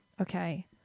okay